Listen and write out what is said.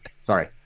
sorry